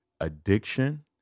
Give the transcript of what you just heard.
addiction